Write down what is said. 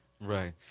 Right